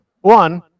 one